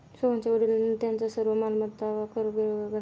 सोहनच्या वडिलांनी त्यांचा सर्व मालमत्ता कर वेळेवर भरला